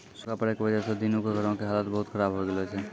सूखा पड़ै के वजह स दीनू के घरो के हालत बहुत खराब होय गेलो छै